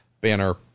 banner